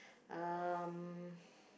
um